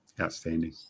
outstanding